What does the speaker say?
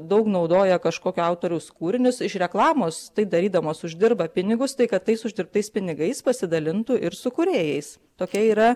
daug naudoja kažkokio autoriaus kūrinius iš reklamos tai darydamos uždirba pinigus tai kad tais uždirbtais pinigais pasidalintų ir su kūrėjais tokia yra